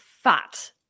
Fat